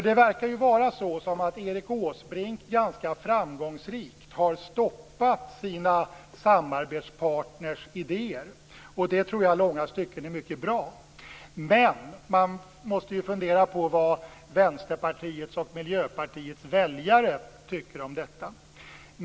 Det verkar som om Erik Åsbrink ganska framgångsrikt har stoppat sina samarbetspartners idéer. Det tror jag i långa stycken är mycket bra. Men man måste också fundera på vad Vänsterpartiets och Miljöpartiets väljare tycker om detta.